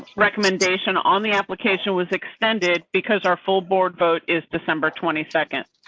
recommendation on the application was extended because our full board vote is december twenty second.